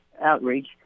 outreach